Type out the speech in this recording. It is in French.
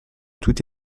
tout